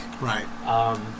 Right